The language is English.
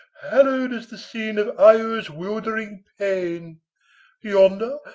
hallowed as the scene of io's wildering pain yonder,